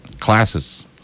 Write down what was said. Classes